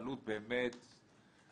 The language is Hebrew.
העלות באמת אפסית.